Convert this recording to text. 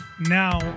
Now